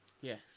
Yes